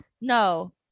No